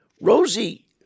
Rosie